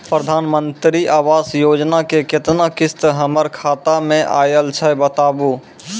प्रधानमंत्री मंत्री आवास योजना के केतना किस्त हमर खाता मे आयल छै बताबू?